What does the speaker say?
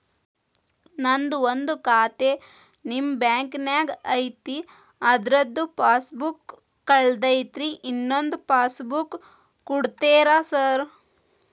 ನಂದು ಒಂದು ಖಾತೆ ನಿಮ್ಮ ಬ್ಯಾಂಕಿನಾಗ್ ಐತಿ ಅದ್ರದು ಪಾಸ್ ಬುಕ್ ಕಳೆದೈತ್ರಿ ಇನ್ನೊಂದ್ ಪಾಸ್ ಬುಕ್ ಕೂಡ್ತೇರಾ ಸರ್?